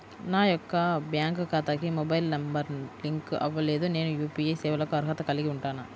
నా యొక్క బ్యాంక్ ఖాతాకి మొబైల్ నంబర్ లింక్ అవ్వలేదు నేను యూ.పీ.ఐ సేవలకు అర్హత కలిగి ఉంటానా?